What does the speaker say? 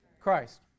Christ